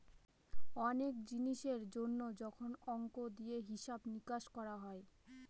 অনেক জিনিসের জন্য যখন অংক দিয়ে হিসাব নিকাশ করা হয়